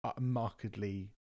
markedly